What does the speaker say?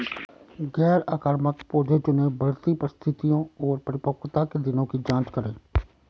गैर आक्रामक पौधे चुनें, बढ़ती परिस्थितियों और परिपक्वता के दिनों की जाँच करें